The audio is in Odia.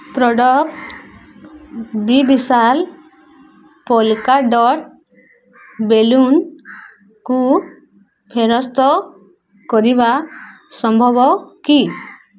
ପ୍ରଡ଼କ୍ଟ୍ ବି ବିଶାଲ ପୋଲ୍କା ଡଟ୍ ବେଲୁନ୍ କୁ ଫେରସ୍ତ କରିବା ସମ୍ଭବ କି